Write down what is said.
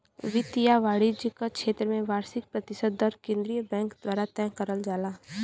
वित्त या वाणिज्य क क्षेत्र में वार्षिक प्रतिशत दर केंद्रीय बैंक द्वारा तय करल जाला